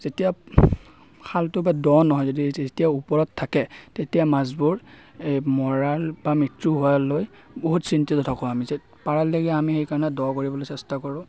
যেতিয়া খালটো বা দ' নহয় যদি যেতিয়া ওপৰত থাকে তেতিয়া মাছবোৰ এই মৰাৰ বা মৃত্যু হোৱালৈ বহুত চিন্তিত থাকো আমি যে পাৰালৈকে আমি সেই কাৰণে দ' কৰিবলৈ চেষ্টা কৰোঁ